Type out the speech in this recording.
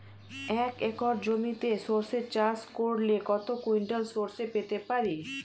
এক একর জমিতে সর্ষে চাষ করলে কত কুইন্টাল সরষে পেতে পারি?